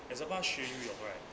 as a 八岁游泳 right